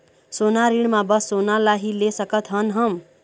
सोना ऋण मा बस सोना ला ही ले सकत हन हम?